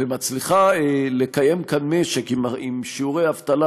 ומצליחה לקיים כאן משק עם שיעורי אבטלה